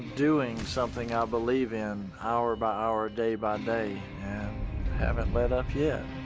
doing something i believe in hour by hour, day by day, and haven't let up yet.